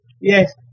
yes